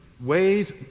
ways